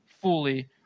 fully